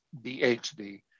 BHD